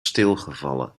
stilgevallen